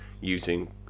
using